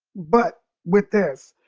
but with this,